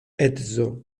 edzo